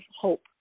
hope